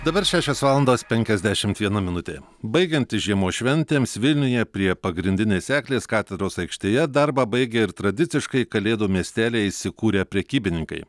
dabar šešios valandos penkiasdešimt viena minutė baigiantis žiemos šventėms vilniuje prie pagrindinės eglės katedros aikštėje darbą baigia ir tradiciškai kalėdų miestelyje įsikūrę prekybininkai